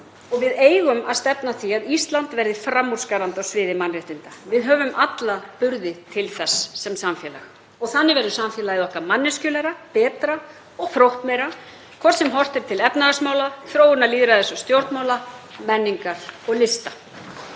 Við eigum að stefna að því að Ísland verði framúrskarandi á sviði mannréttinda. Við höfum alla burði til þess sem samfélag. Þannig verður samfélagið okkar manneskjulegra, betra og þróttmeira, hvort sem horft er til efnahagsmála, þróunar lýðræðis og stjórnmála eða menningar og lista.